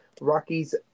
Rockies